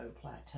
plateau